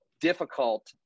difficult